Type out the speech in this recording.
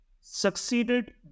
succeeded